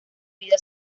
vida